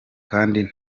kandi